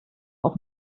auch